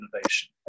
innovation